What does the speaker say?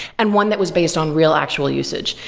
and one that was based on real actual usage.